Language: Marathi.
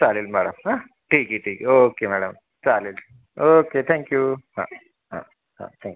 चालेल मॅळम हां ठीक आहे ठीक आहे ओके मॅडम चालेल ओके थँक्यू हां हां हां थँक्यू